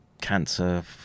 cancer